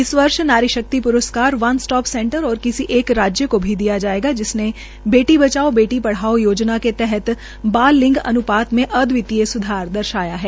इस वर्ष नारी शक्तिकरण वन स्टोप सेंटर और किसी एक राज्य को भी दिया जायेगा जिसने बेटी बचाओ बेटी पढ़ाओ योजना के तहत बाल लिंग अन्पात में अद्वितीय स्धार दर्शाया है